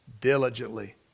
diligently